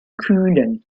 kühlen